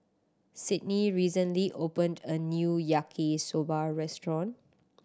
Sydney recently opened a new Yaki Soba restaurant